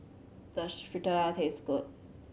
does Fritada taste good